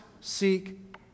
seek